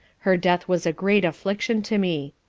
her death was a great affliction to me.